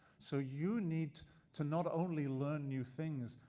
so you need to not only learn new things,